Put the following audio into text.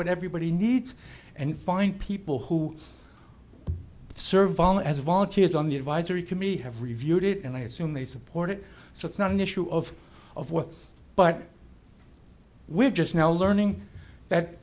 what everybody needs and find people who serve as volunteers on the advisory committee have reviewed it and i assume they support it so it's not an issue of of work but we're just now learning that